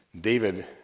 David